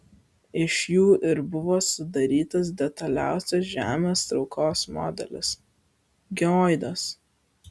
iš jų ir buvo sudarytas detaliausias žemės traukos modelis geoidas